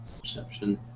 perception